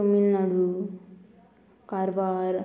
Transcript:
Tamil Nadu Karwar